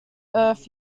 earth